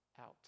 out